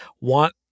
want